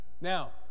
Now